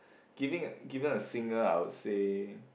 giving given a singer I would say